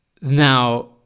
Now